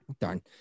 darn